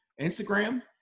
Instagram